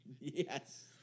Yes